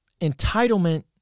entitlement